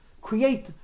create